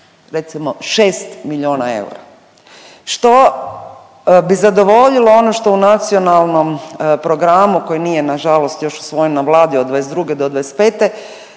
recimo 6 milijuna eura, što bi zadovoljilo ono što u Nacionalnom programu koji nije nažalost još usvojen na Vladi od '22. do '25.